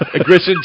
Aggression